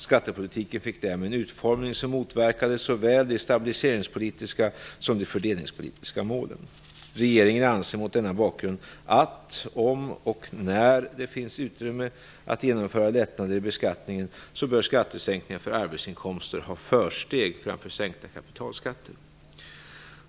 Skattepolitiken fick därmed en utformning som motverkade såväl de stabiliseringspolitiska som de fördelningspolitiska målen. Regeringen anser mot denna bakgrund att om och när det finns utrymme att genomföra lättnader i beskattningen så bör skattesänkningar för arbetsinkomster ha försteg framför sänkta kapitalskatter.